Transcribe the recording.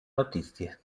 notizie